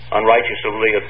unrighteously